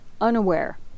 unaware